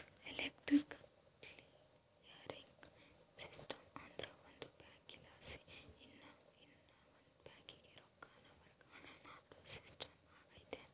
electronic clearing system ಅಂದ್ರ ಒಂದು ಬ್ಯಾಂಕಲಾಸಿ ಇನವಂದ್ ಬ್ಯಾಂಕಿಗೆ ರೊಕ್ಕಾನ ವರ್ಗಾವಣೆ ಮಾಡೋ ಸಿಸ್ಟಮ್ ಆಗೆತೆ